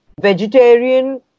vegetarian